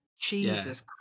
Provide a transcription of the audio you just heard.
Jesus